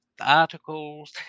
articles